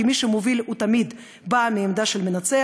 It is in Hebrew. כי מי שמוביל הוא תמיד בא מעמדה של מנצח,